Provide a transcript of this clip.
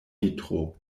vitro